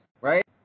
right